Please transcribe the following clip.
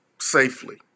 safely